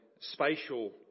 spatial